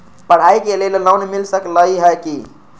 पढाई के लेल लोन मिल सकलई ह की?